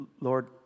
Lord